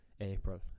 April